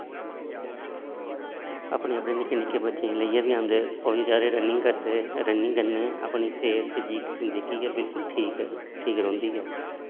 अपने अपने निक्के निक्के बच्चें गी लेइयै बी आंदे ओह् बचारे रनिंग करदे रनिंग करनी अपनी सेह्त फजीक जेह्की ऐ बिलकुल ठीक ठीक रौंहदी ऐ